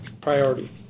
priority